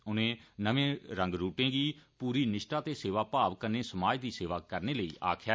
उनें नमें रंगरूटें गी पूरी निश्ठा ते सेवाभाव कन्नै समाज दी सेवां करने लेई आक्खेआ